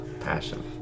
passion